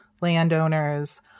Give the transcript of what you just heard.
landowners